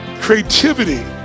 Creativity